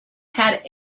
had